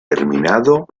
terminado